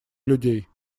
людей